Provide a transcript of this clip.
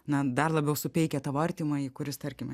na dar labiau supeikia tavo artimąjį kuris tarkime